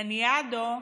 לניאדו,